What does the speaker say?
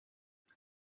het